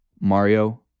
Mario